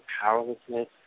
powerlessness